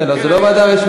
כן, זו לא ועדה פרלמנטרית.